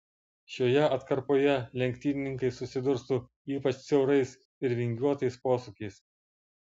šioje atkarpoje lenktynininkai susidurs su ypač siaurais ir vingiuotais posūkiais